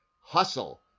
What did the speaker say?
hustle